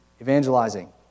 evangelizing